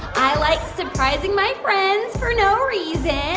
i like surprising my friends for no reason.